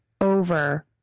over